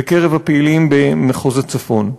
בקרב הפעילים במחוז הצפון.